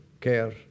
care